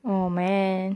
oh man